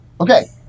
Okay